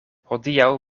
hodiaŭ